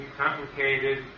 complicated